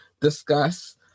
discuss